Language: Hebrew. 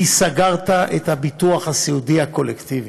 כי סגרת את הביטוח הסיעודי הקולקטיבי.